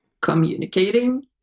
communicating